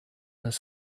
his